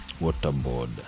waterboard